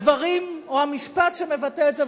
הדברים או המשפט שמבטא את זה,